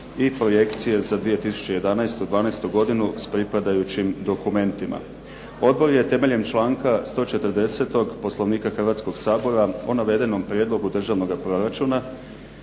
i projekcije za 2011., '12. godinu s pripadajućim dokumentima. Odbor je temeljem članka 1440. Poslovnika Hrvatskoga sabora o navedenom prijedlogu državnoga proračuna